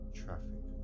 traffic